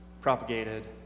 propagated